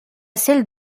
celle